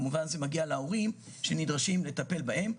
כמובן זה מגיע להורים שנדרשים לטפל בהם.